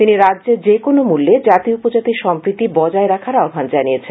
তিনি রাজ্যে যে কোন মূল্যে জাতি উপজাতির সম্প্রীতি বজায় রাখার আহ্ণান জানিয়েছেন